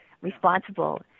responsible